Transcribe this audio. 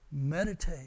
meditate